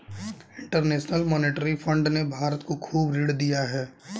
international monetary fund ने भारत को खूब ऋण दिया है